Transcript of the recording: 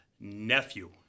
nephew